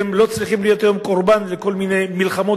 והם לא צריכים להיות היום קורבן לכל מיני מלחמות